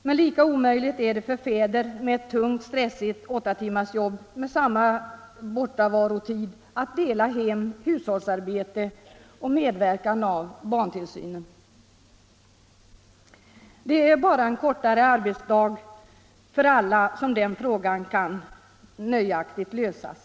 Men lika omöjligt är det för fäder med ett tungt, stressigt åttatimmarsjobb med samma bortovarotid att dela ansvaret för hem och 163 hushållsarbete och medverka i barntillsynen. Det är bara genom en kortare arbetsdag för alla som det problemet kan nöjaktigt lösas.